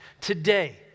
Today